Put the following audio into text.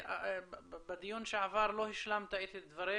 בדיון שעבר לא השלמת את דבריך,